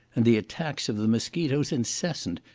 and the attacks of the mosquitos incessant,